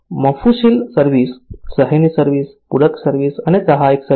mofussil service શહેરની service પૂરક service અને સહાયક સર્વિસ